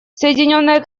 соединенное